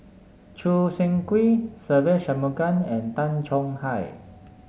Choo Seng Quee Se Ve Shanmugam and Tay Chong Hai